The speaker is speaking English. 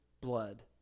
blood